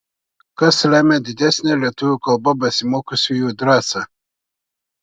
kas lemią didesnę lietuvių kalba besimokiusiųjų drąsą